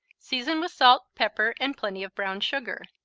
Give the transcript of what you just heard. season with salt, pepper and plenty of brown sugar.